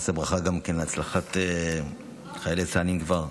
נעשה ברכה גם להצלחת חיי צה"ל, אם כבר: